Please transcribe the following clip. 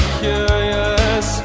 curious